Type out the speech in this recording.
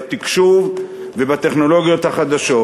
בתקשוב ובטכנולוגיות החדשות.